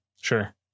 sure